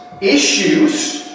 issues